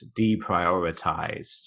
deprioritized